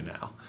now